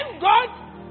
God